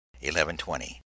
Eleven-twenty